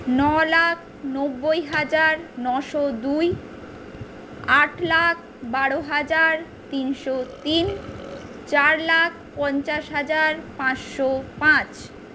ন লাখ নব্বই হাজার নশো দুই আট লাখ বারো হাজার তিনশো তিন চার লাখ পঞ্চাশ হাজার পাঁচশো পাঁচ